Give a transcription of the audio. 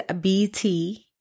BT